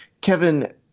Kevin